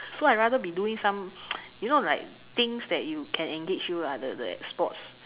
so I rather be doing some you know like things that you can engage you lah the the like sports